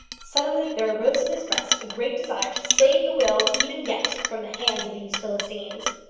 suddenly there arose in his breast a great desire to save the will even yet from the hands of these philistines.